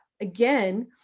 again